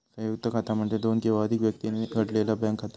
संयुक्त खाता म्हणजे दोन किंवा अधिक व्यक्तींनी उघडलेला बँक खाता